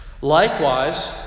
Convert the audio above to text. Likewise